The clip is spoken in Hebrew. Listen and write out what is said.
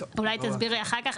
אולי תסבירי אחר-כך.